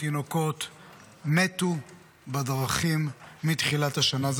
תינוקות מתו בדרכים מתחילת השנה.